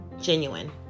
genuine